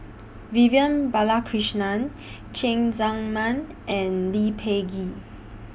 Vivian Balakrishnan Cheng Tsang Man and Lee Peh Gee